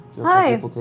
Hi